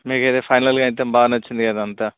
మీకైతే ఫైనల్గా అయితే బాగా నచ్చింది కదా అంతా